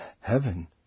Heaven